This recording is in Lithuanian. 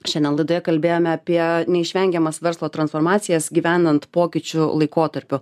šiandien laidoje kalbėjome apie neišvengiamas verslo transformacijas gyvenant pokyčių laikotarpiu